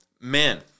Man